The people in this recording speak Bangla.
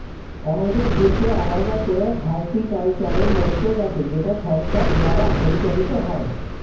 আমাদের দেশে আলাদা করে হর্টিকালচারের মন্ত্রক আছে যেটা সরকার দ্বারা পরিচালিত হয়